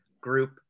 group